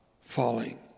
falling